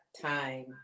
time